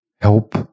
help